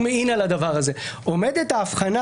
ועושים זום אין על הדבר הזה עומדת ההבחנה,